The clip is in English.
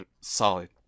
solid